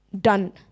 done